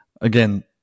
again